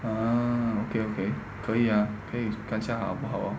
ah okay okay 可以 ah 可以看一下好不好 lor